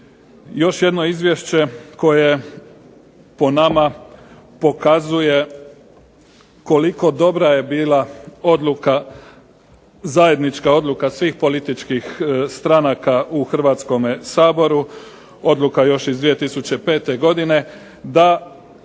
još jedno izvješće koje po nama pokazuje koliko dobra je bila odluka, zajednička odluka svih političkih stranaka u Hrvatskome saboru, odluka još iz 2005. godine da